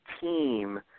team